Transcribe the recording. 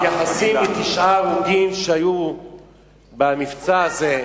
מתייחסים לתשעה הרוגים שהיו במבצע הזה.